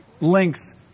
links